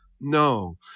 no